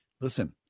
listen